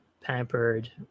pampered